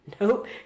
Nope